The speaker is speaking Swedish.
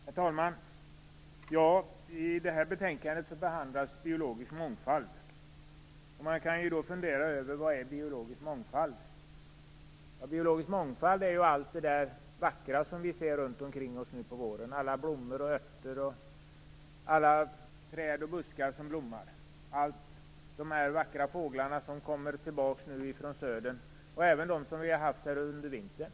Herr talman! I detta betänkande behandlas biologisk mångfald. Man kan fundera över vad biologisk mångfald är. Biologisk mångfald är allt det vackra som vi nu ser runt omkring oss nu på våren, alla blommor och örter, och alla träd och buskar som blommar. Det är de vackra fåglarna som nu kommer tillbaks från södern, och även de som vi har haft här under vintern.